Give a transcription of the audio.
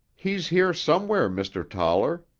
he's here somewhere, mr. toller,